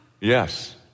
Yes